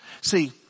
See